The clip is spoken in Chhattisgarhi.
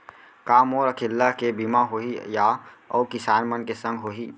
का मोर अकेल्ला के बीमा होही या अऊ किसान मन के संग होही?